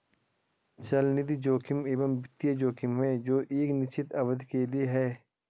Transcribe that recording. चलनिधि जोखिम एक वित्तीय जोखिम है जो एक निश्चित अवधि के लिए है